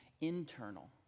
internal